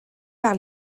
par